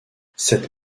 cette